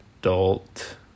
adult